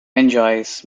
enjoys